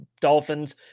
Dolphins